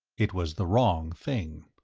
it was the wrong thing.